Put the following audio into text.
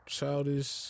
childish